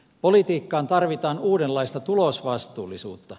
politiikkaan tarvitaan uudenlaista tulosvastuullisuutta